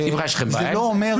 יש לכם בעיה עם זה?